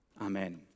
Amen